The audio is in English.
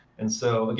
and so, again,